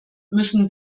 müssen